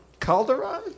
Calderon